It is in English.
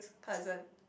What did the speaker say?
cousin